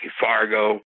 Fargo